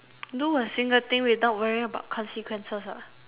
do a single thing without worrying about consequences ah